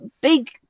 big